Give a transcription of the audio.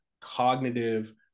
cognitive